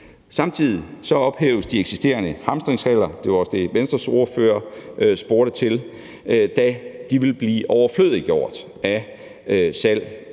Samtidig ophæves de eksisterende hamstringsregler – det var også det, Venstres ordfører spurgte til – da de vil blive overflødiggjort af